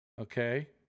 Okay